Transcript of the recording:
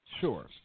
sure